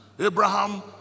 Abraham